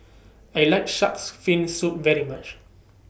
I like Shark's Fin Soup very much